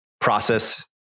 process